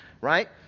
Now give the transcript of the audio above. Right